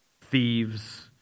thieves